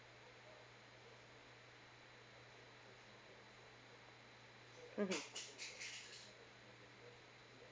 mmhmm